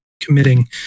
committing